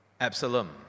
Absalom